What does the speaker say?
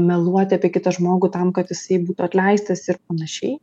meluoti apie kitą žmogų tam kad jisai būtų atleistas ir panašiai